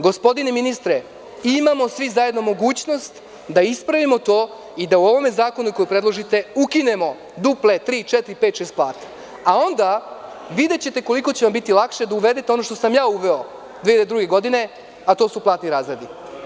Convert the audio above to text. Gospodine ministre, imamo svi zajedno mogućnost da ispravimo to i da u ovome zakonu, koji predlažete, ukinemo duple, tri, četiri, pet, šest plata, a onda ćete videti koliko će vam biti lakše da uvedete ono što sam ja uveo 2002. godine, a to su platni razredi.